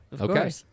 okay